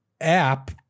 app